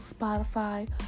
Spotify